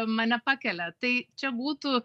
mane pakelia tai čia būtų